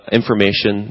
information